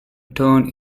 turn